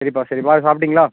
சரிப்பா சரிப்பா ஆ சாப்பிட்டிங்களா